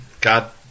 God